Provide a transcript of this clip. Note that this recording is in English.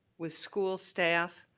with school staff,